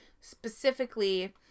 specifically